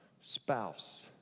spouse